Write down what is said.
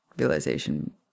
Realization